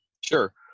Sure